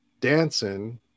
dancing